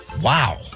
Wow